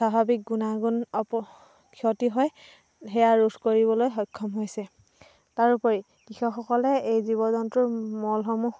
স্বাভাৱিক গুণাগুণ অপ ক্ষতি হয় সেয়া ৰোধ কৰিবলৈ সক্ষম হৈছে তাৰ উপৰি কৃষকসকলে এই জীৱ জন্তুৰ মলসমূহ